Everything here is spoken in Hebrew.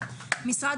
מס שבח